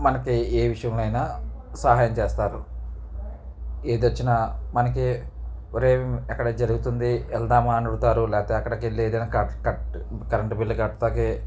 మనకి ఏ విషయంలో అయినా సహాయం చేస్తారు ఏది వచ్చినా మనకి ఒరేయ్ అక్కడ జరుగుతుంది వెళ్దామా అడుగుతారు లేకపోతే అక్కడకు వెళ్ళి ఏదైనా కరెంటు బిల్లు కడతాకి